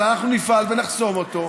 אבל אנחנו נפעל ונחסום אותו.